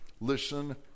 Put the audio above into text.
Listen